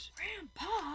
Grandpa